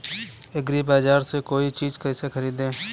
एग्रीबाजार से कोई चीज केसे खरीदें?